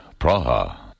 Praha